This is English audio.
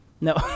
No